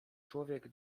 człowiek